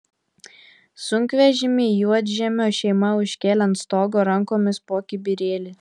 sunkvežimį juodžemio šeima užkėlė ant stogo rankomis po kibirėlį